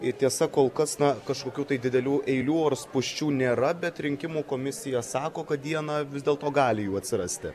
ir tiesa kol kas nuo kažkokių didelių eilių ar spūsčių nėra bet rinkimų komisija sako kad dieną vis dėlto gali jų atsirasti